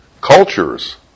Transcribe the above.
cultures